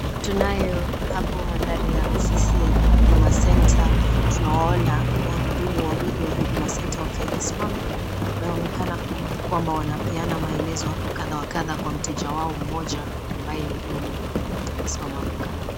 Tunayo hapo mandhari ya ofisi ya huduma centre. Tunawaona wahudumu wawili wa huduma centre wakiwa wamesimama. Inaonekana kwamba wanapeana maelezo hapo kadha wa kadha kwa mteja wao mmoja ambaye ni mume amesimama hapo kando.